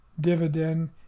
dividend